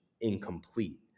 incomplete